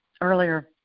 earlier